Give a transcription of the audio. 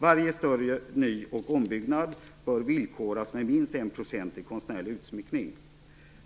Varje större ny och ombyggnad bör villkoras med minst 1 % i konstnärlig utsmyckning.